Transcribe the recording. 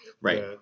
Right